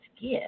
give